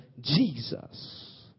Jesus